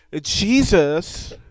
Jesus